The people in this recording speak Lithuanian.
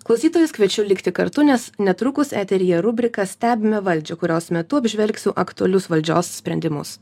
klausytojus kviečiu likti kartu nes netrukus eteryje rubrika stebime valdžią kurios metu apžvelgsiu aktualius valdžios sprendimus